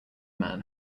man